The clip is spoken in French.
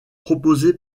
proposée